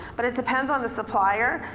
but it depends on the supplier,